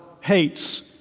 hates